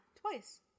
twice